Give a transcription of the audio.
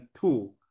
two